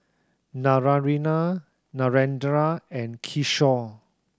Naraina Narendra and Kishore